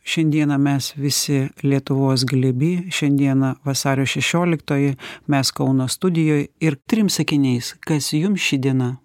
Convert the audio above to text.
šiandieną mes visi lietuvos glėby šiandieną vasario šešioliktoji mes kauno studijoj ir trim sakiniais kas jums ši diena